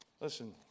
Listen